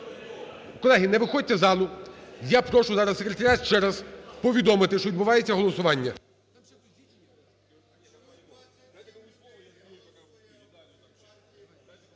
Колеги, не виходьте із залу. Я прошу зараз секретаріат ще раз повідомити, що відбувається голосування.